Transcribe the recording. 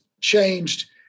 changed